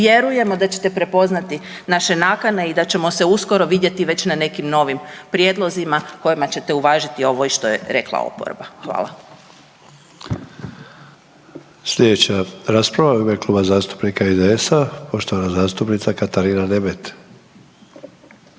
vjerujemo da ćete prepoznati naše nakane i da ćemo se uskoro vidjeti već na nekim novim prijedlozima kojima ćete uvažiti i ovo što je rekla oporba. Hvala. **Sanader, Ante (HDZ)** Sljedeća rasprava je u ime Kluba zastupnika IDS-a poštovana zastupnica Katarina Nemet.